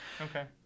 Okay